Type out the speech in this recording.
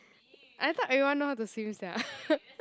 I thought everyone know how to swim sia